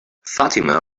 fatima